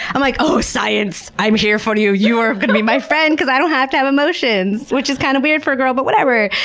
i'm like, oh, science, i'm here for you! you're going to my friend because i don't have to have emotions! which is kind of weird for a girl, but whatever,